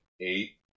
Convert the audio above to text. Eight